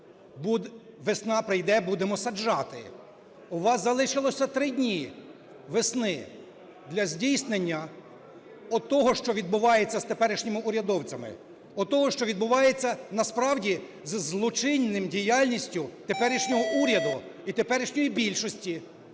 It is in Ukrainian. Весна прийде - будемо саджати". У вас залишилося три дні весни для здійснення отого, що відбувається з теперішніми урядовцями, отого, що відбувається насправді зі злочинною діяльністю теперішнього уряду і теперішньої більшості.